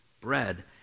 bread